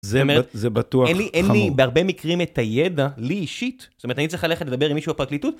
זאת אומרת, אין לי בהרבה מקרים את הידע, לי אישית, זאת אומרת, אני צריך ללכת לדבר עם מישהו בפרקליטות